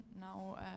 Now